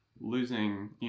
losing